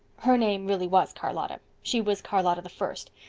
her name really was charlotta. she was charlotta the first.